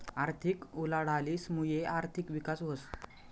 आर्थिक उलाढालीस मुये आर्थिक विकास व्हस